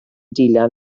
dilyn